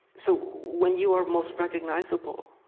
so when you are most recognizable,